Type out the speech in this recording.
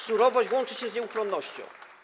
Surowość łączy się z nieuchronnością.